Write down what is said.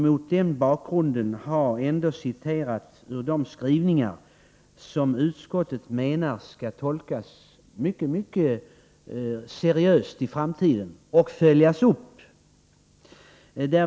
Mot den bakgrunden vill jag citera ur de skrivningar som utskottet menar skall tolkas mycket seriöst i framtiden och även följas upp.